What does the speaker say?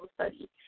study